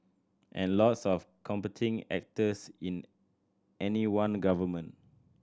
and lots of competing actors in any one government